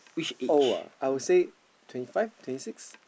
old ah I would say twenty five twenty six